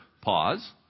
pause